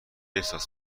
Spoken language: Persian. احساس